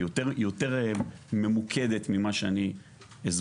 היא יותר ממוקדת ממה שאני הסברתי.